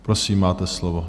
Prosím, máte slovo.